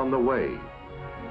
on the way